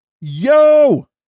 Yo